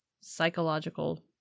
psychological